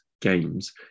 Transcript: games